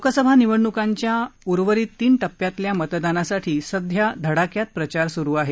लोकसभा निवडण्कांच्या उर्वरित तीन टप्प्यातल्या मतदानासाठी सध्या धडाक्यात प्रचार स्रु आहे